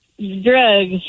Drugs